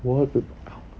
wallpap~ !ow!